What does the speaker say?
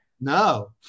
No